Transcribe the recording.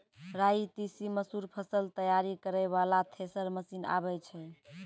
राई तीसी मसूर फसल तैयारी करै वाला थेसर मसीन आबै छै?